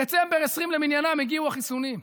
בדצמבר 2020 למניינם הגיעו החיסונים.